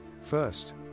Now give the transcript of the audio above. First